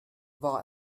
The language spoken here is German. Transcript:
war